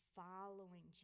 following